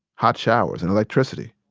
hot showers, and electricity.